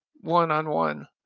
one-on-one